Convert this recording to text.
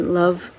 love